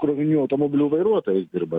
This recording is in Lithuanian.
krovininių automobilių vairuotojais dirba